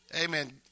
Amen